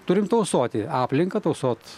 turim tausoti aplinką tausot